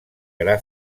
gra